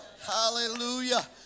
Hallelujah